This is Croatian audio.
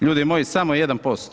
Ljudi moji, samo 1%